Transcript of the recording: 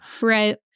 Right